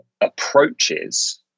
approaches